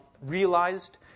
realized